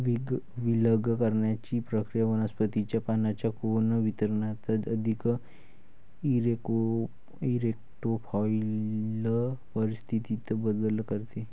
विलग करण्याची प्रक्रिया वनस्पतीच्या पानांच्या कोन वितरणात अधिक इरेक्टोफाइल परिस्थितीत बदल करते